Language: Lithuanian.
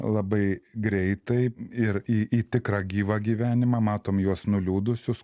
labai greitai ir į į tikrą gyvą gyvenimą matom juos nuliūdusius